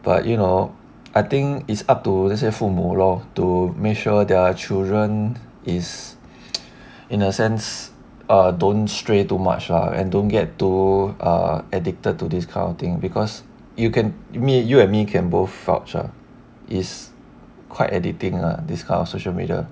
but you know I think is up to 那些父母 lor to make sure their children is in a sense err don't stray too much lah and don't get too err addicted to this kind of thing because you can me you and me can both vouch lah is quite addicting lah this kind of social media